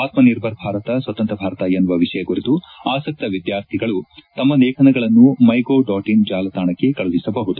ಆತ್ಮ ನಿರ್ಭರ್ ಭಾರತ ಸ್ವತಂತ್ರ ಭಾರತ ಎನ್ನುವ ವಿಷಯ ಕುರಿತು ಆಸಕ್ತ ವಿದ್ವಾರ್ಥಿಗಳು ತಮ್ಮ ಲೇಖನಗಳನ್ನು ಮೈ ಗೌ ಡಾಟ್ ಇನ್ ಜಾಲತಾಣಕ್ಕೆ ಕಳಿಸಬಹುದು